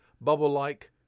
bubble-like